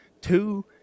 Two